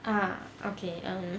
ah okay um